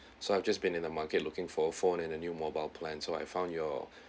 so I've just been in the market looking for a phone and a new mobile plan so I found your